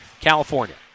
California